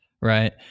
Right